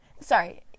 sorry